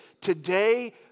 Today